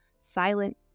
silent